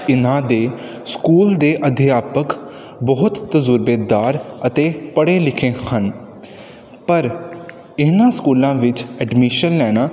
ਇਨ੍ਹਾਂ ਦੇ ਸਕੂਲ ਦੇ ਅਧਿਆਪਕ ਬਹੁਤ ਤਜ਼ਰਬੇਦਾਰ ਅਤੇ ਪੜ੍ਹੇ ਲਿਖੇ ਹਨ ਪਰ ਇਨ੍ਹਾਂ ਸਕੂਲਾਂ ਵਿੱਚ ਐਡਮਿਸ਼ਨ ਲੈਣਾ